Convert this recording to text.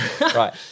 Right